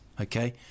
Okay